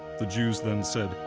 the jews then said,